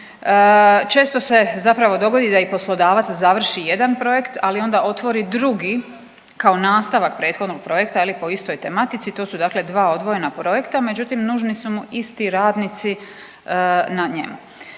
Često se zapravo dogodi da i poslodavac završi jedan projekt, ali onda otvori drugi kao nastavak prethodnog projekta je li po istoj tematici, to su dakle dva odvojena projekta, međutim nužni su mu isti radnici na njemu.